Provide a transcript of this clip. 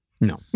No